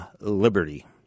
Liberty